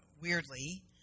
weirdly